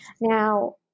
Now